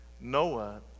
Noah